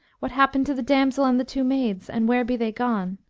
what happened to the damsel and the two maids, and where be they gone,